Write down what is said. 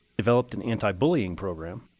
developed an anti-bullying program,